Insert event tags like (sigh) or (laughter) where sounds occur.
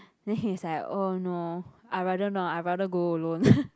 then he's like oh no I rather not I rather go alone (laughs)